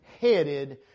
headed